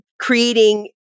Creating